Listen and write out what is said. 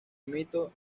amito